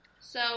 So-